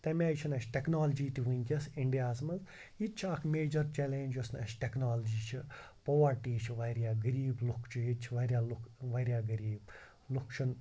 تمہِ آے چھِنہٕ اَسہِ ٹٮ۪کنالجی تہِ وٕنکٮ۪س اِنڈیاہَس منٛز یہِ تہِ چھِ اَکھ میجَر چَلینٛج یۄس نہٕ اَسہِ ٹٮ۪کنالجی چھِ پُوَرٹی چھِ واریاہ غرریٖب لُکھ چھِ ییٚتہِ چھِ واریاہ لُکھ واریاہ غریٖب لُکھ چھِنہٕ